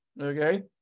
Okay